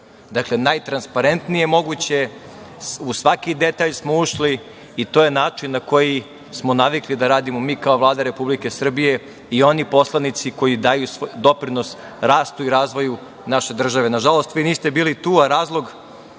Dakle, najtransparentnije moguće, u svaki detalj smo ušli i to je način na koji smo navikli da radimo mi kao Vlada Republike Srbije i oni poslanici koji daju doprinos rastu i razvoju naše države. Nažalost, vi niste bili tu, a razlog